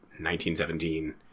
1917